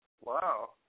wow